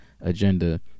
agenda